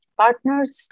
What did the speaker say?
partners